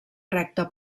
recta